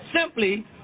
simply